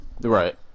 Right